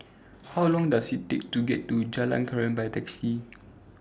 How Long Does IT Take to get to Jalan Krian By Taxi